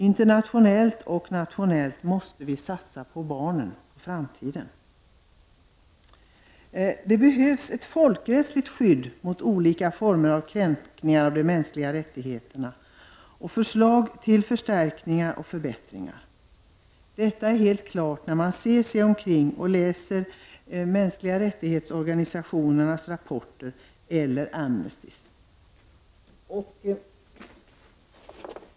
Internationellt och nationellt måste vi satsa på barnen, framtiden. Det behövs ett folkrättsligt skydd mot olika former av kränkningar av de mänskliga rättigheterna och förslag till förstärkningar och förbättringar. Detta blir helt klart när man ser sig omkring och läser mänskliga rättighetsorganisationernas rapporter eller Amnestys.